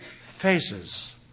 phases